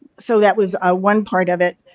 so, that was ah one part of it.